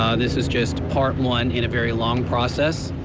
um this is just part one, in a very long process.